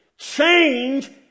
Change